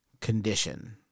condition